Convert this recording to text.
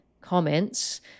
comments